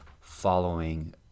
following